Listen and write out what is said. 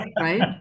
right